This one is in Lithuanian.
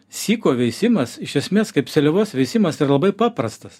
syko veisimas iš esmės kaip seliavos veisimas yra labai paprastas